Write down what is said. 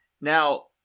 Now